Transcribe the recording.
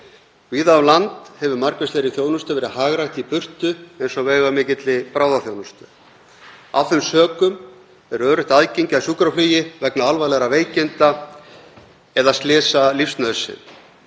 Víða um land hefur margvíslegri þjónustu verið hagrætt í burtu eins og veigamikilli bráðaþjónustu. Af þeim sökum er öruggt aðgengi að sjúkraflugi vegna alvarlegra veikinda eða slysa lífsnauðsyn.